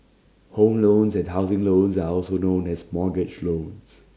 home loans and housing loans are also known as mortgage loans